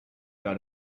got